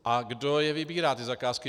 A kdo je vybírá, ty zakázky?